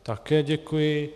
Také děkuji.